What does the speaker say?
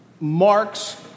marks